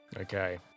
okay